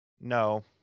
No